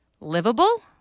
livable